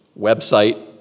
website